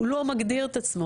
הוא לא מגדיר את עצמו.